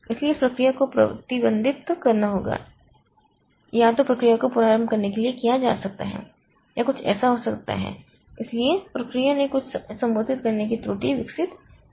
इसलिए इस प्रक्रिया को प्रतिबंधित करना होगा या तो प्रक्रिया को पुनरारंभ करने के लिए कहा जा सकता है या ऐसा कुछ हो सकता है लेकिन प्रक्रिया ने कुछ संबोधित करने की त्रुटि विकसित की है